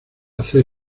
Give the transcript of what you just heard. hacer